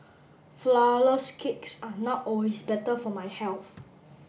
flour less cakes are not always better for my health